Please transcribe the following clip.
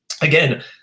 again